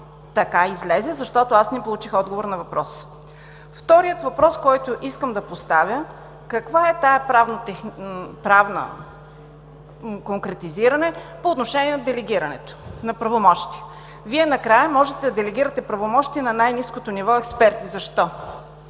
Така излезе, защото аз не получих отговор на въпроса. Вторият въпрос, който искам да поставя: какво е това правно конкретизиране по отношение на делегирането на правомощия? Вие накрая можете да делегирате правомощия на най-ниското ниво експерти. Защо?